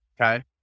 Okay